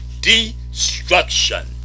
destruction